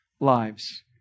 lives